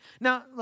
Now